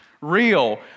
real